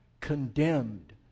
condemned